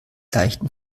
leichten